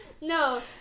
No